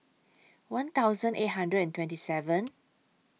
one thousand eight hundred and twenty seven